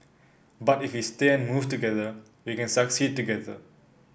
but if we stay and move together we can succeed together